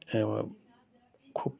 খুব